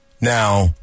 Now